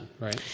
right